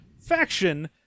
faction